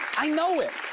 i know it.